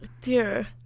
Dear